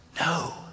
No